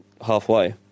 halfway